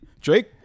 Drake